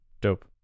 dope